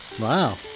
Wow